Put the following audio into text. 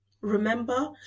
Remember